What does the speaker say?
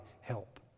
help